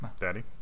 Daddy